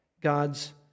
God's